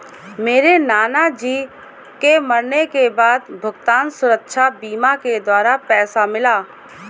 मेरे नाना जी के मरने के बाद भुगतान सुरक्षा बीमा के द्वारा पैसा मिला